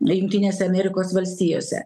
jungtinėse amerikos valstijose